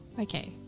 Okay